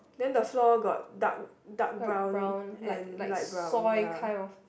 then the floor got dark dark brown and light brown ya